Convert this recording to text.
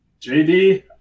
JD